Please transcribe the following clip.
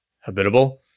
habitable